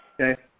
Okay